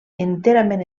enterament